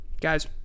Guys